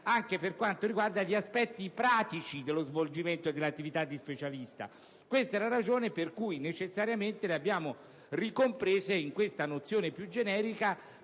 anche per quanto riguarda gli aspetti pratici dello svolgimento dell'attività di specialista. Questa è la ragione per cui necessariamente le abbiamo ricomprese in questa nozione più generica,